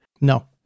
No